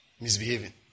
Misbehaving